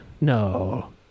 no